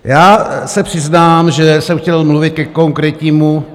Já se přiznám, že jsem chtěl mluvit ke konkrétnímu...